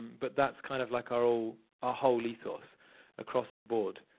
but that's kind of like our ah ah whole ethos across the board.